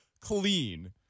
clean